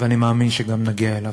ואני מאמין שגם נגיע אליו.